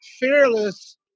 fearless